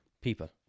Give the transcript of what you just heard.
people